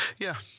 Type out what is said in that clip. yeah.